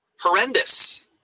Horrendous